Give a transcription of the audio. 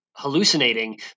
hallucinating